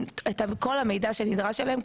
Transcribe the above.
את כל המידע שנדרש אליהם,